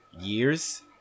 years